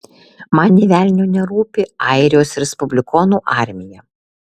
man nė velnio nerūpi airijos respublikonų armija